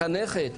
מחנכת,